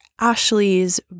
Ashley's